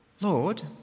Lord